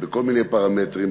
בכל מיני פרמטרים,